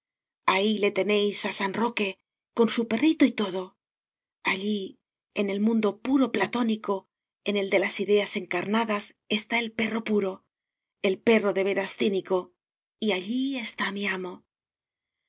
ahí le tenéis a san roque con su perrito y todo allí en el mundo puro platónico en el de las ideas encarnadas está el perro puro el perro de veras cínico y allí está mi amo